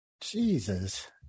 Jesus